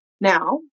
Now